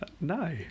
No